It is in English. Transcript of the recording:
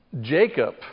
Jacob